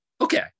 Okay